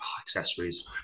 Accessories